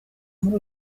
muri